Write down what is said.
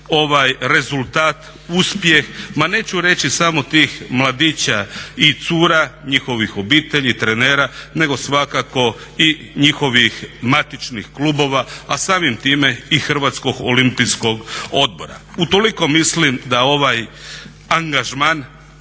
rezultat, uspjeh, ma neću reći samo tih mladića i cura, njihovih obitelji, trenera nego svakako i njihovih matičnih klubova a samim time i Hrvatskog olimpijskog odbora. U toliko mislim da ovaj angažman